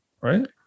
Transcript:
right